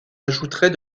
ajouterait